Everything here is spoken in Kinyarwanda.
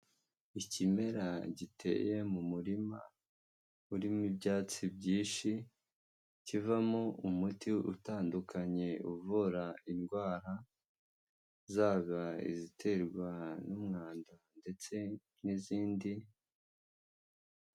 Ikimera giteye mu murima urimo ibyatsi byinshi, kivamo umuti utandukanye uvura indwara zaba iziterwa n'umwanda ndetse n'izindi.